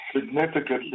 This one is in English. significantly